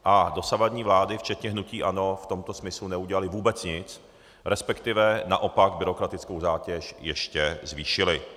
A dosavadní vlády včetně hnutí ANO v tomto smyslu neudělaly vůbec nic, resp. naopak byrokratickou zátěž ještě zvýšily.